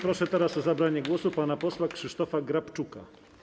Proszę teraz o zabranie głosu pana posła Krzysztofa Grabczuka.